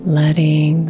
letting